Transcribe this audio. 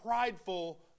prideful